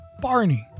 Barney